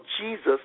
Jesus